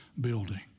building